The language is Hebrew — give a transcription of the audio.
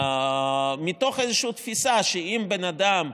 מתוך איזושהי תפיסה שאם בן אדם,